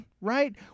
right